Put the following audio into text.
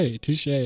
Touche